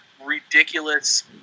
ridiculous